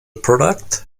product